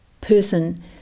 person